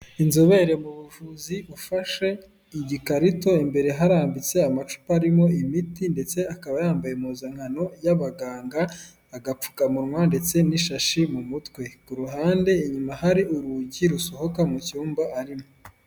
Inzobere mu buvuzi ufashe igikarito imbere harambitse amacupa arimo imiti ndetse akaba yambaye impuzankano y'abaganga, agapfukamunwa ndetse n'ishashi mu mutwe. Ku ruhande inyuma hari urugi rusohoka mu cyumba arimo.